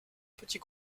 petits